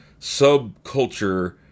subculture